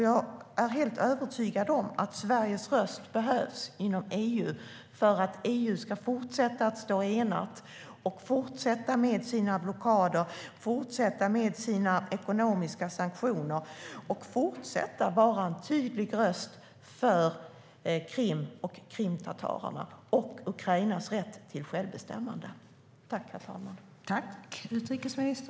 Jag är övertygad om att Sveriges röst behövs inom EU för att EU ska fortsätta att stå enat, fortsätta med sina blockader, fortsätta med sina ekonomiska sanktioner och fortsätta att vara en tydlig röst för Krim, krimtatarerna och Ukrainas rätt till självbestämmande.